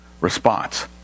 response